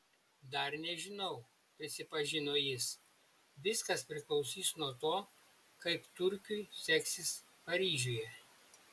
dar nežinau prisipažino jis viskas priklausys nuo to kaip turkiui seksis paryžiuje